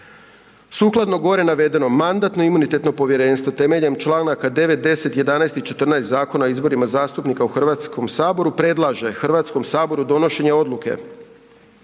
Sukladno gore navedenom, Mandatno-imunitetno povjerenstvo temeljem članaka 9., 10., 11. i 14. Zakona o izborima zastupnika u Hrvatskom saboru predlaže Hrvatskom saboru donošenje odluke: